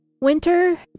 winter